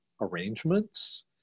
arrangements